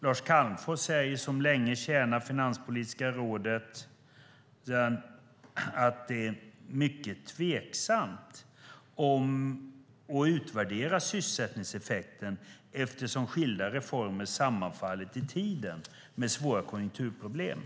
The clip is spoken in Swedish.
Lars Calmfors, som länge tjänat Finanspolitiska rådet, säger att det är mycket tveksamt om det går att utvärdera sysselsättningseffekten, eftersom skilda reformer har sammanfallit i tiden med svåra konjunkturproblem.